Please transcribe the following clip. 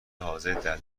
حاضردر